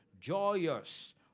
joyous